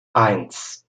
eins